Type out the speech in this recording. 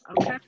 okay